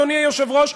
אדוני היושב-ראש,